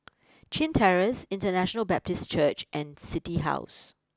Chin Terrace International Baptist Church and City house